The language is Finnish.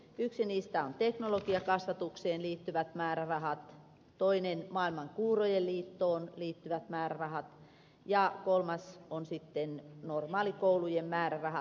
yksi niistä on teknologiakasvatukseen liittyvät määrärahat toinen maailman kuurojen liittoon liittyvät määrärahat ja kolmas on sitten normaalikoulujen määrärahat